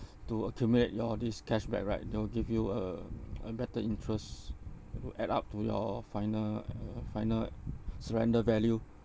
to accumulate your this cashback right they will give you a a better interest it would add up to your final uh final surrender value